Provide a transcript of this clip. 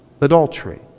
adultery